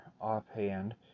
offhand